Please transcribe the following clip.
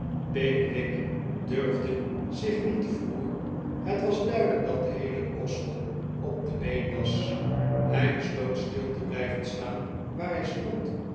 pickwick durfde zich niet verroeren het was duidelijk dat de heele kostschool op de been was hij besloot stil te blijven staan waar hij stond